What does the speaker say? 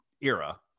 era